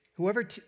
Whoever